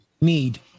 need